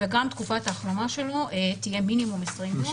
וגם תקופת ההחלמה שלו תהיה מינימום 20 יום.